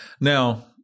Now